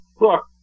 look